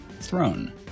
throne